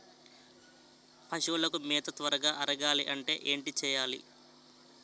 పశువులకు మేత త్వరగా అరగాలి అంటే ఏంటి చేయాలి?